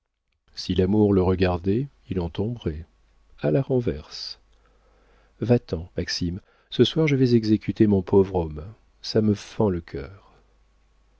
si l'amour le regardait il en tomberait à la renverse va-t'en maxime ce soir je vais exécuter mon pauvre homme ça me fend le cœur